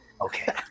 okay